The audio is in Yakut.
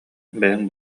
бэйэҥ